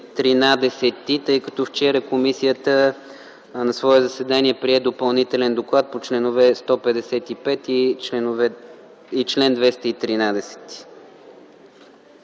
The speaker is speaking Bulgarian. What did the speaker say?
тъй като вчера комисията на свое заседание прие Допълнителен доклад по членове 155 и 213.